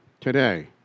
today